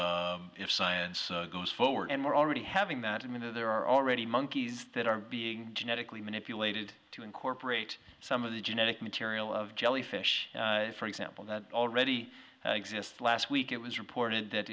years if science goes forward and we're already having that even though there are already monkeys that are being genetically manipulated to incorporate some of the genetic material of jellyfish for example that already exists last week it was reported that